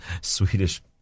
Swedish